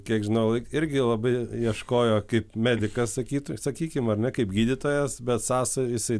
kiek žinau irgi labai ieškojo kaip medikas sakytų sakykim ar ne kaip gydytojas bet sąsajų jisai